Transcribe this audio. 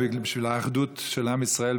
ובשביל האחדות של עם ישראל,